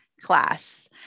class